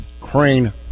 Crane